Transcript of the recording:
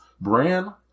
Bran